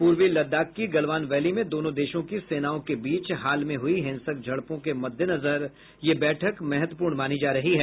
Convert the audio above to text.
पूर्वी लद्दाख की गलवान वैली में दोनों देशों की सेनाओं के बीच हाल में हुई हिंसक झड़पों के मद्देनजर यह बैठक महत्वपूर्ण मानी जा रही है